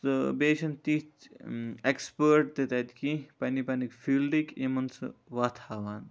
تہٕ بیٚیہِ چھِنہٕ تِتھۍ ایٚکسپٲٹ تہِ تَتہِ کینٛہہ پَننہِ پَننِکۍ فیٖلڈٕکۍ یِمَن سُہ وَتھ ہاوان